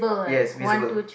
yes visible